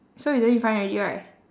so we don't need find already right